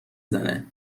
زنه